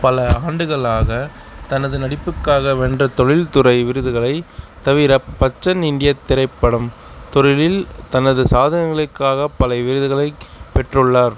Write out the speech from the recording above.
பல ஆண்டுகளாக தனது நடிப்புக்காக வென்ற தொழில்துறை விருதுகளைத் தவிர பச்சன் இந்திய திரைப்படம் தொழிலில் தனது சாதனைகளுக்காக பல விருதுகளைப் பெற்றுள்ளார்